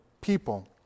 people